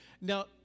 Now